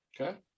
Okay